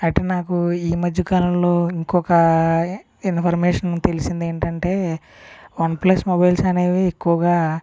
అంటే నాకు ఈ మధ్యకాలంలో ఇంకొక ఇన్ఫర్మేషన్ తెలిసింది ఏంటంటే వన్ప్లస్ మొబైల్స్ అనేవి ఎక్కువగా